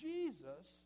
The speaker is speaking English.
Jesus